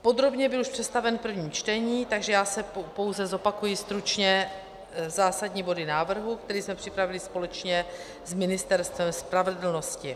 Podrobně byl už představen v prvním čtení, takže pouze zopakuji stručně zásadní body návrhu, který jsme připravili společně s Ministerstvem spravedlnosti.